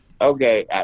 okay